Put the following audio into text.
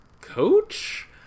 Coach